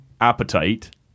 appetite